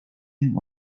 wiem